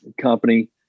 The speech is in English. company